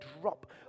drop